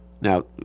Now